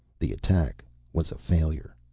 the attack was a failure.